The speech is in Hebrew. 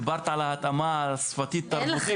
דיברת על ההתאמה השפתית-תרבותית.